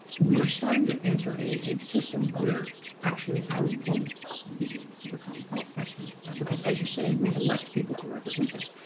we're starting to enter a system where actually our votes begin to become ineffective. because as you say, we elect people to represent us.